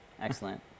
Excellent